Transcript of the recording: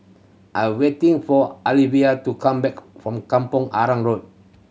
I'm waiting for Alyvia to come back from Kampong Arang Road